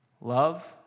Love